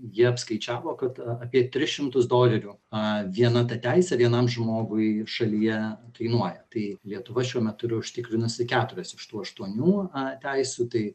jie apskaičiavo kad apie tris šimtus dolerių a viena ta teisė vienam žmogui šalyje kainuoja tai lietuva šiuo metu yra užtikrinusi keturias iš tų aštuonių a teisių tai